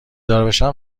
داربشم